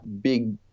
big